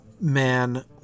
man